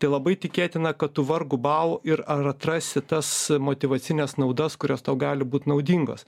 tai labai tikėtina kad tu vargu bau ir ar atrasi tas motyvacines naudas kurios tau gali būt naudingos